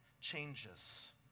changes